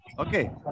Okay